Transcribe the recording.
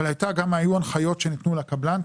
אבל היו גם הנחיות שניתנו לקבלן,